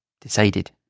Decided